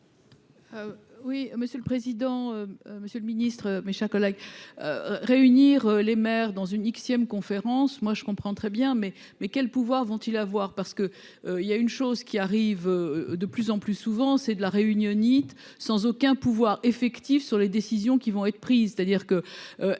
Oui, monsieur le président. Monsieur le Ministre, mes chers collègues. Réunir les maires dans une X ième conférence moi je comprends très bien mais mais quel pouvoir vont-ils avoir parce que il y a une chose qui arrive de plus en plus souvent, c'est de la réunionite, sans aucun pouvoir effectif sur les décisions qui vont être prises, c'est-à-dire que